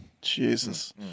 Jesus